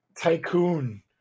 tycoon